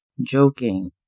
joking